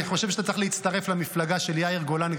אני חושב שאתה צריך להצטרף למפלגה של יאיר גולן.